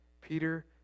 Peter